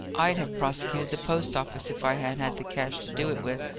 i'd have prosecuted the post-office if i had had the cash to do it with,